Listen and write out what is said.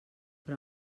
però